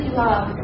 love